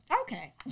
Okay